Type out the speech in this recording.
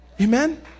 Amen